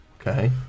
Okay